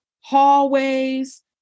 hallways